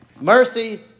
Mercy